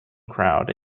crowd